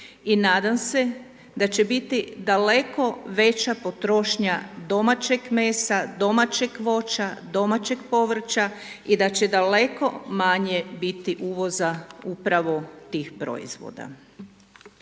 i nadam se da će biti daleko veća potrošnja domaćeg mesa, domaćeg voća, domaćeg povrća i da će daleko manje biti uvoza upravo tih proizvoda.